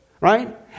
right